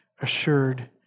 assured